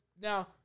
Now